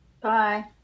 Bye